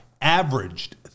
averaged